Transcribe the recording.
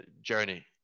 journey